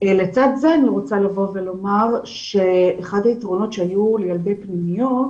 לצד זה אני רוצה לבוא ולומר שאחד היתרונות שהיו לילדי הפנימיות